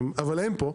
אבל הם לא פה,